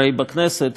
אדוני היושב-ראש,